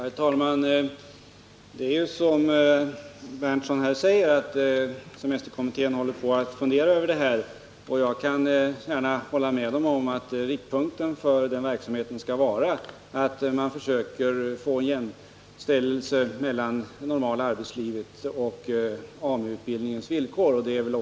Herr talman! Det är ju som Nils Berndtson säger, att semesterkommittén funderar över den här saken, och jag håller gärna med Nils Berndtson om att riktpunkten för verksamheten skall vara att man så långt möjligt försöker få till stånd jämställdhet mellan det normala arbetslivets villkor och AMU utbildningens villkor.